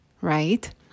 right